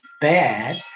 bad